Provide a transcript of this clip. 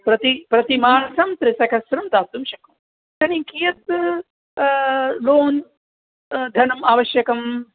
प्रति प्रति मासं त्रिसहस्रहं दातुं शक्नोति तर्हि कियत् लोन् धनम् आवश्यकं